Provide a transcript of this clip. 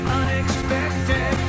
unexpected